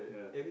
yeah the